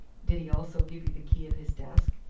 did he also give you the key of his desk?